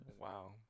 wow